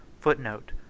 Footnote